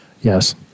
yes